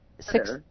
Six